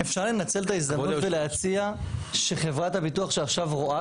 אפשר לנצל את ההזדמנות ולהציע שחברת הביטוח שעכשיו רואה